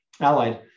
Allied